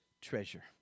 treasure